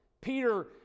Peter